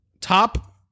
Top